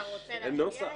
אתה רוצה להצביע היום?